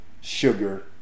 Sugar